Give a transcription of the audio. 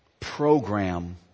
Program